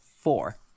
four